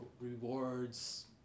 rewards